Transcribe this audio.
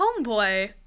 Homeboy